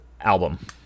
album